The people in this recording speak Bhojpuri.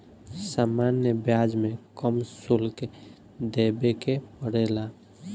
सामान्य ब्याज में कम शुल्क देबे के पड़ेला